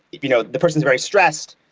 you know the person is very stressed.